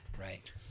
right